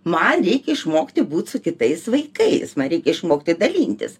man reikia išmokti būt su kitais vaikais man reikia išmokti dalintis